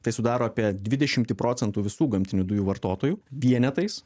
tai sudaro apie dvidešimtį procentų visų gamtinių dujų vartotojų vienetais